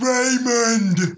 Raymond